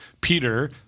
Peter